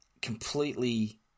Completely